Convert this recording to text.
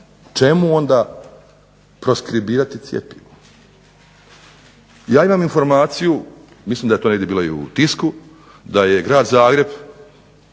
čemu onda proskribirati cjepivo. Ja imam informaciju mislim da je to bilo negdje u tisku, da je Grad Zagreb